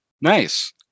Nice